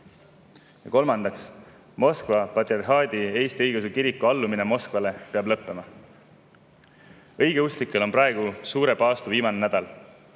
Kolmandaks, Moskva Patriarhaadi Eesti Õigeusu Kiriku allumine Moskvale peab lõppema. Õigeusklikel on praegu suure paastu viimane nädal.